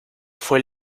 fue